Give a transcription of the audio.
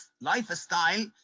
lifestyle